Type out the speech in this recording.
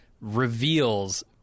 reveals